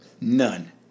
None